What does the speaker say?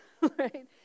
right